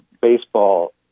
baseball